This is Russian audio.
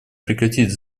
прекратить